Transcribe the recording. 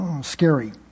scary